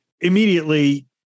immediately